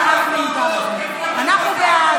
אנחנו בעד,